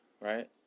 right